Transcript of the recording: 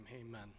amen